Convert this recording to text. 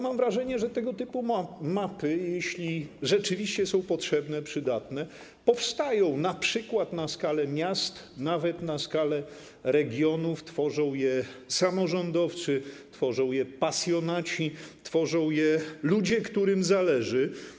Mam wrażenie, że tego typu mapy, jeśli rzeczywiście są potrzebne, przydatne, powstają np. na skalę miast, nawet na skalę regionów, tworzą je samorządowcy, tworzą je pasjonaci, tworzą je ludzie, którym zależy.